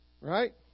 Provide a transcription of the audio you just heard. Right